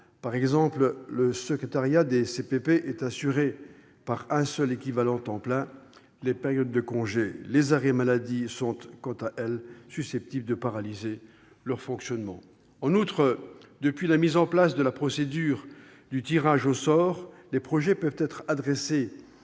Par exemple, le secrétariat des CPP est souvent assuré par un seul équivalent temps plein et les périodes de congés et les arrêts maladie sont susceptibles de paralyser leur fonctionnement. En outre, depuis la mise en place de la procédure du tirage au sort, les projets peuvent être adressés